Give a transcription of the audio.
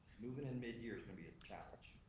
moving in mid year is gonna be a challenge